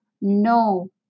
no